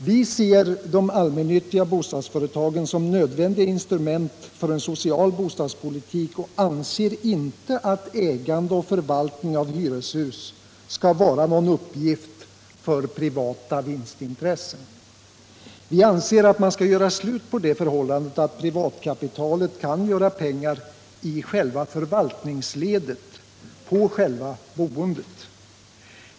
Vi ser de allmännyttiga bostadsföretagen som nödvändiga instrument för en social bostadspolitik och anser inte att ägande och förvaltning av hyreshus skall vara någon uppgift för privata vinstintressen. Vi anser att man skall göra slut på det förhållandet att privatkapitalet kan tjäna pengar i själva förvaltningsledet, på själva boendet.